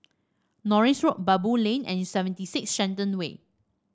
Norris Road Baboo Lane and Seventy Six Shenton Way